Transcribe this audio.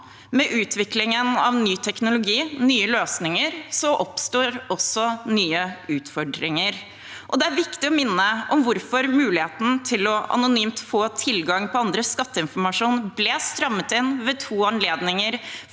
Med utviklingen av ny teknologi og nye løsninger oppstår også nye utfordringer. Det er viktig å minne om hvorfor muligheten til anonymt å få tilgang til andres skatteinformasjon ble strammet inn ved to anledninger